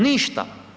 Ništa.